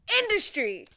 industry